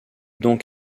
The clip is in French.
donc